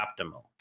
optimal